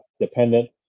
dependent